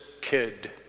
kid